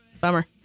Bummer